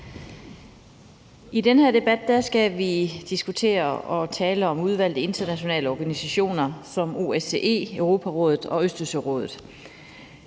I den her debat skal vi diskutere og tale om udvalgte internationale organisationer som OSCE, Europarådet og Østersørådet.